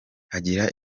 agira